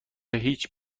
هیچ